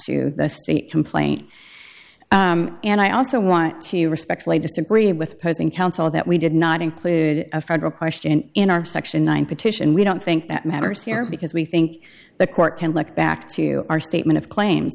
to the state complaint and i also want to respectfully disagree with person counsel that we did not include a federal question in our section one petition we don't think that matters here because we think the court can look back to our statement of claim